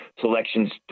selections